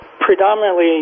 predominantly